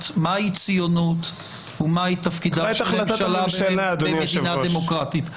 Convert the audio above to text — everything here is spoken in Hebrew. מהי ציונות ומהי תפקידה של ממשלה במדינה דמוקרטית.